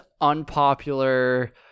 unpopular